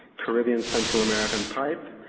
caribbean central american pipe,